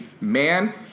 man